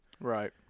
Right